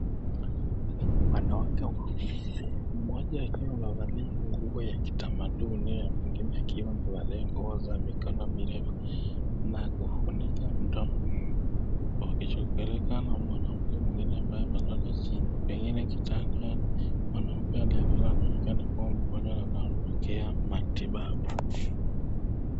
Wanawake wawili mmoja akiwa amevalia nguo ya kitamaduni na mwingine akiwa amevalia nguo za mikono mirefu na kufunika mdomo wakishughulika na mwanamke mwingine amelala chini mwnamke anayeonekana kuwa mgonjwa na anayepokoea matibabu.